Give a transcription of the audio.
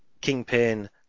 Kingpin